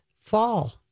fall